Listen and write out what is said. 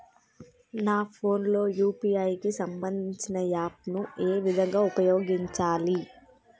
నా ఫోన్ లో యూ.పీ.ఐ కి సంబందించిన యాప్ ను ఏ విధంగా ఉపయోగించాలి?